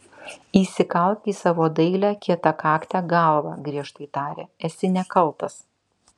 įsikalk į savo dailią kietakaktę galvą griežtai tarė esi nekaltas